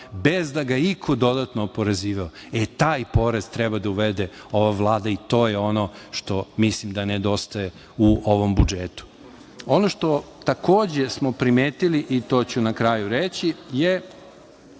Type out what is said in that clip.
bez da ga iko dodatno oporezivao. Taj porez treba da uvede ova Vlada i to je ono što mislim da nedostaje u ovom budžetu. Ono što takođe smo primetili i to ću na kraju reći je